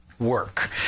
Work